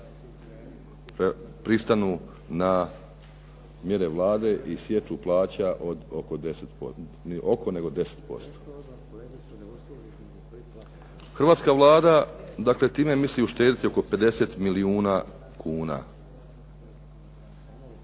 pristanu na mjere Vlade i sječu plaća od oko 10%, ne oko nego 10% Hrvatska Vlada dakle time misli uštediti oko 50 milijuna kuna.